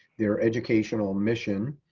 their educational mission,